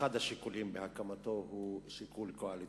אחד השיקולים בהקמתו הוא שיקול קואליציוני.